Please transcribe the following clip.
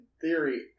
theory